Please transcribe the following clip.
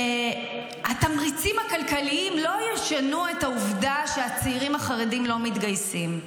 שהתמריצים הכלכליים לא ישנו את העובדה שהצעירים החרדים לא מתגייסים.